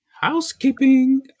Housekeeping